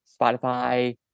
Spotify